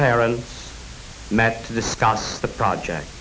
parents met to discuss the project